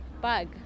Bug